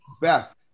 Beth